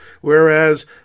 whereas